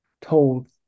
told